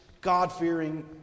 God-fearing